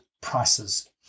prices